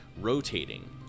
rotating